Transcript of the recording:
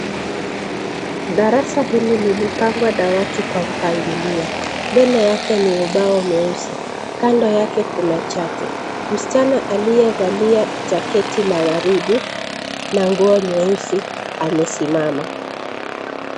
Darahili limepangwa dawati kwa mpangilio. Mbele yake ni ubao mweusi. Kando yake kuna chati. Msichana aliyealia jaketi la waridi na nguo nyeusi amesimama.